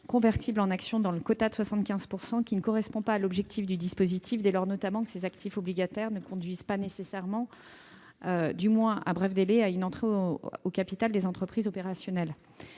convertibles en actions- OCA -dans le quota de 75 % qui ne correspond pas à l'objectif du dispositif, dès lors que ces actifs obligatoires ne conduisent pas nécessairement, du moins à bref délai, à une entrée au capital des entreprises opérationnelles.